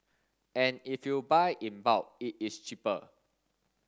and if you buy in bulk it is cheaper